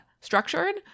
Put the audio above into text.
structured